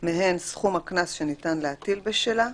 מהן סכום הקנס שניתן להטיל בשלה,